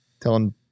Telling